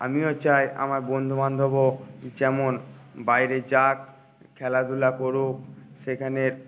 আমিও চাই আমার বন্ধুবান্ধবও যেমন বাইরে যাক খেলাধুলা করুক সেখানের